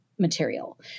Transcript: Material